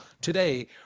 Today